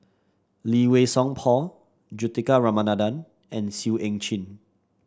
Lee Wei Song Paul Juthika Ramanathan and Seah Eu Chin